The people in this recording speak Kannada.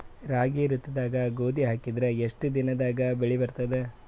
ರಾಬಿ ಋತುದಾಗ ಗೋಧಿ ಹಾಕಿದರ ಎಷ್ಟ ದಿನದಾಗ ಬೆಳಿ ಬರತದ?